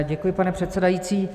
Děkuji, pane předsedající.